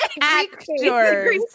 actors